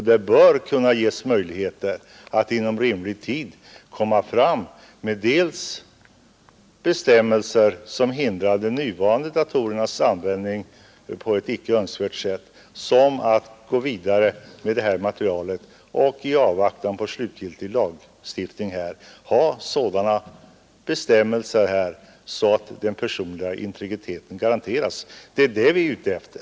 Det bör finnas möjligheter både att inom rimlig tid få fram bestämmelser som hindrar de nuvarande dataregistrens användning på ett icke önskvärt sätt och att i avvaktan på slutgiltig lagstiftning tillämpa sådana bestämmelser att den personliga integriteten garanteras. Det är det vi är ute efter.